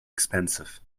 expensive